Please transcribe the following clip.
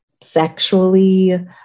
sexually